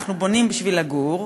אנחנו בונים בשביל לגור,